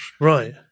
Right